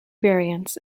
variants